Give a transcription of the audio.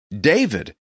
David